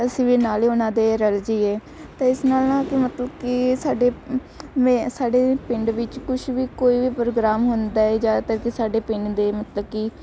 ਅਸੀਂ ਵੀ ਨਾਲੇ ਉਹਨਾਂ ਦੇ ਰਲ ਜਾਈਏ ਤਾਂ ਇਸ ਨਾਲ ਨਾ ਮਤਲਬ ਕਿ ਸਾਡੇ ਸਾਡੇ ਪਿੰਡ ਵਿੱਚ ਕੁਝ ਵੀ ਕੋਈ ਵੀ ਪ੍ਰੋਗਰਾਮ ਹੁੰਦਾ ਏ ਜ਼ਿਆਦਾਤਰ ਸਾਡੇ ਪਿੰਡ ਦੇ ਮਤਲਬ ਕਿ